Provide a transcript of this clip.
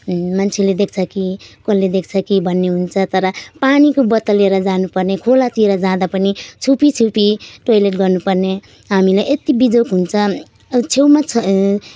मान्छेले देख्छ कि कसैले देख्छ कि भन्ने हुन्छ तर पानीको बोतल लिएर जानुपर्ने खोलातिर जाँदा पनि छुपी छुपी टोइलट गर्नुपर्ने हामीलाई यति बिजोक हुन्छ छेउमा छ